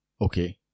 Okay